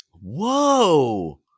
Whoa